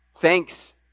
Thanks